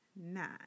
nine